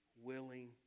willing